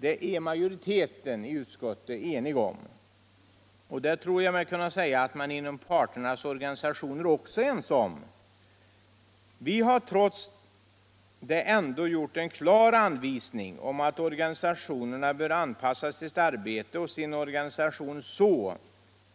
Det är majoriteten i utskottet enig om, och det tror jag mig kunna säga att man inom parternas organisationer också är ense om. Vi har trots det gjort en klar anvisning om att organisationerna bör anpassa sitt arbete och sin organisation så,